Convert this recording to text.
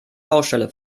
baustelle